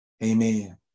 Amen